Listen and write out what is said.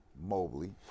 Mobley